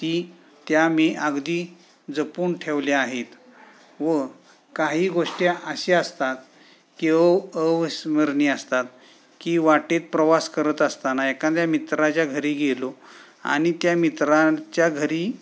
ती त्या मी अगदी जपून ठेवल्या आहेत व काही गोष्टी असे असतात की अव अविस्मरणीय असतात की वाटेत प्रवास करत असताना एखाद्या मित्राच्या घरी गेलो आणि त्या मित्रांच्या घरी